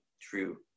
true